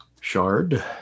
Shard